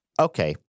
Okay